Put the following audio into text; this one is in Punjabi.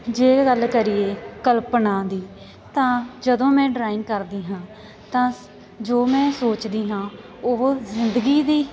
ਜੇ ਗੱਲ ਕਰੀਏ ਕਲਪਨਾ ਦੀ ਤਾਂ ਜਦੋਂ ਮੈਂ ਡਰਾਇੰਗ ਕਰਦੀ ਹਾਂ ਤਾਂ ਜੋ ਮੈਂ ਸੋਚਦੀ ਹਾਂ ਉਹ ਜ਼ਿੰਦਗੀ ਦੀ